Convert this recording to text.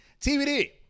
TBD